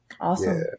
Awesome